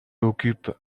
occupe